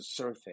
surfing